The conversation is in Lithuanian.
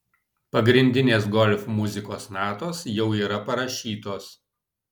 pagrindinės golf muzikos natos jau yra parašytos